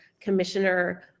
Commissioner